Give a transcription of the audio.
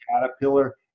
caterpillar